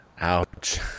Ouch